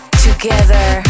together